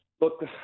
look